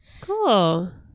Cool